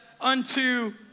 unto